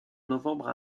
novembre